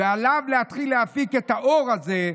"ועליו להתחיל להפיק את האור הזה".